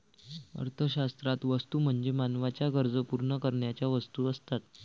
अर्थशास्त्रात वस्तू म्हणजे मानवाच्या गरजा पूर्ण करणाऱ्या वस्तू असतात